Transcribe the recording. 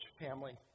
family